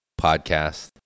podcast